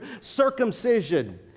circumcision